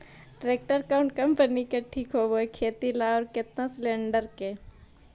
Tractor कोन company के ठीक होब है खेती ल औ केतना सलेणडर के?